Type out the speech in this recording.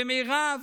ומירב,